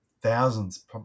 thousands